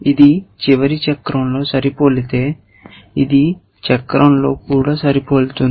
ఇది చివరి చక్రంలో సరిపోలితే ఇది ఈ చక్రంలో కూడా సరిపోతుంది